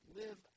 live